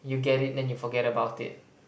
you get it then you forget about it